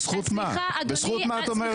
בזכות מה את אומרת את זה?